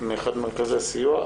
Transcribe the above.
מאחד ממרכזי הסיוע.